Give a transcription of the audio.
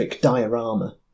diorama